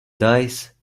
dice